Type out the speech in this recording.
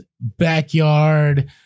backyard